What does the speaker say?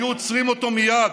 היו עוצרים אותו מייד.